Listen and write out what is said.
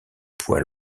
poil